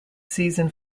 season